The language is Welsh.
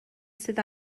sydd